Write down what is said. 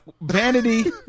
Vanity